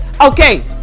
Okay